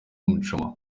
muchoma